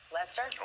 Lester